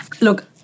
Look